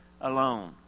alone